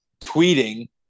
tweeting